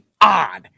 odd